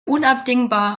unabdingbar